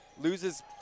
Loses